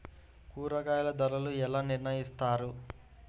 కూరగాయల ధరలు ఎలా నిర్ణయిస్తారు?